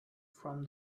from